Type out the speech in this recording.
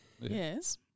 Yes